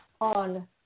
on